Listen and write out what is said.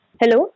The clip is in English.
Hello